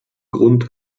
grund